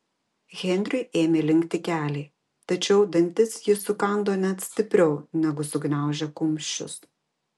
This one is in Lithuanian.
henriui ėmė linkti keliai tačiau dantis jis sukando net stipriau negu sugniaužė kumščius